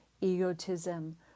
egotism